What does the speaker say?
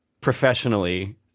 Professionally